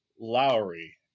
lowry